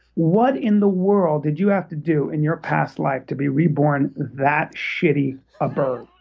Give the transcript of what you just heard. what in the world did you have to do in your past life to be reborn that shitty a bird?